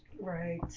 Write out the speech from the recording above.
Right